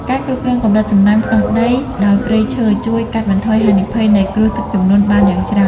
ការគ្រប់គ្រងកម្រិតសំណើមក្នុងដីដោយព្រៃឈើជួយកាត់បន្ថយហានិភ័យនៃគ្រោះទឹកជំនន់បានយ៉ាងច្រើន។